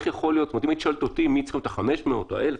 אם היית שואלת אותי מה ה-500 או ה-1,000,